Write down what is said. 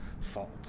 fault